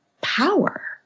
power